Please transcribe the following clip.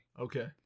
Okay